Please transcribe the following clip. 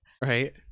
Right